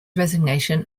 resignation